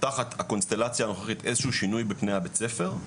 תחת הקונסטלציה הנוכחית איזה שהוא שינוי בפני בית הספר,